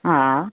हा